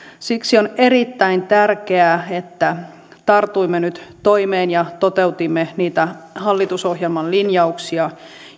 siksi on erittäin tärkeää että tartuimme nyt toimeen ja toteutimme niitä hallitusohjelman linjauksia